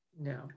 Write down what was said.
No